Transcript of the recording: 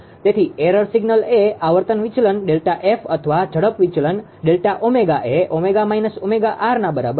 તેથી error signal એ આવર્તન વિચલન ΔF અથવા ઝડપ વિચલનઆવર્તન વિચલન Δω એ 𝜔 − 𝜔𝑟ના બરાબર છે